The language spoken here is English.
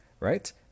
Right